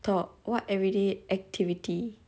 what everyday activity